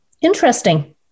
Interesting